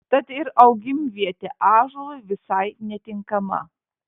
tad ir augimvietė ąžuolui visai netinkama